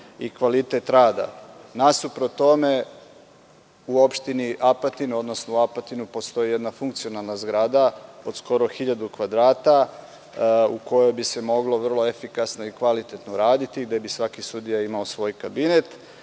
i kvalitet rada. Nasuprot tome u opštini Apatin, odnosno u Apatinu, postoji jedna funkcionalna grada, od skoro 1.000 kvadrata, u kojoj bi se moglo vrlo efikasno i kvalitetno raditi i gde bi svaki sudija imao svoj kabinet.